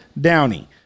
Downey